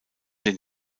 den